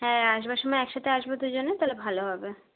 হ্যাঁ আসবার সময় একসাথে আসবো দুজনে তাহলে ভালো হবে